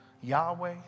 Yahweh